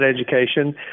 education